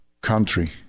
country